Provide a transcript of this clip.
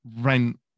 Rent